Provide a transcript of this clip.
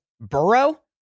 Burrow